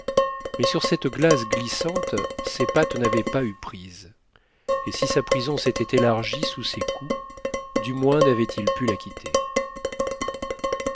mais sur cette glace glissante ses pattes n'avaient pas eu prise et si sa prison s'était élargie sous ses coups du moins n'avait-il pu la quitter